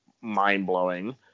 mind-blowing